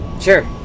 sure